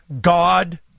God